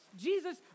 Jesus